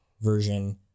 version